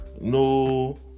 no